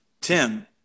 Tim